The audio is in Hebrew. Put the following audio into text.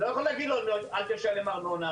אני לא יכול להגיד לו: אל תשלם ארנונה,